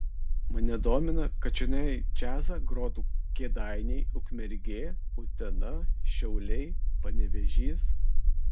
mane domina kad čionai džiazą grotų kėdainiai ukmergė utena šiauliai panevėžys